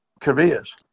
careers